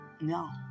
no